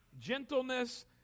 gentleness